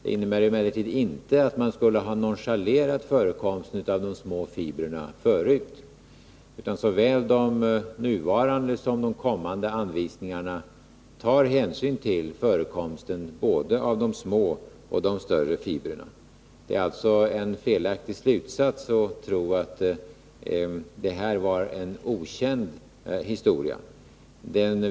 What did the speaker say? Det innebär emellertid inte att man tidigare skulle ha nonchalerat förekomsten av de små fibrerna, utan såväl de nuvarande som de kommande anvisningarna tar hänsyn till förekomsten av både de små och de större fibrerna. Det är alltså en felaktig slutsats att tro att det här var en okänd historia.